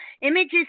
Images